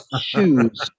Shoes